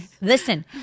listen